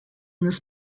this